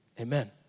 amen